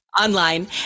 online